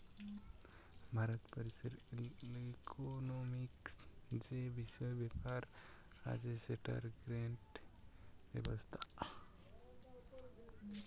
ভারত বর্ষের ইকোনোমিক্ যে বিষয় ব্যাপার আছে সেটার গটে ব্যবস্থা